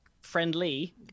friendly